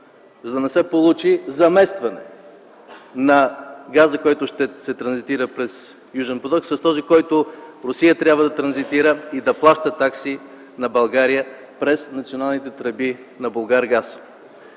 за да не се получи заместване на газа, който ще се транзитира през „Южен поток” с този, който Русия трябва да транзитира през националните тръби на „Булгаргаз”